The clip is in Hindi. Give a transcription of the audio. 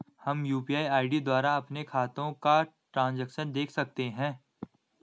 हम यु.पी.आई द्वारा अपने खातों का ट्रैन्ज़ैक्शन देख सकते हैं?